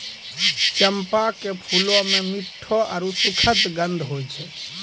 चंपा के फूलो मे मिठ्ठो आरु सुखद गंध होय छै